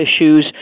issues